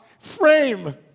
frame